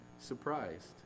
surprised